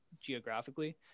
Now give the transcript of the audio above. geographically